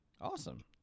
Awesome